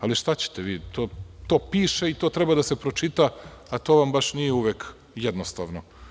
Ali šta ćete, to piše i to treba da se pročita, ali to vam nije baš uvek jednostavno.